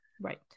right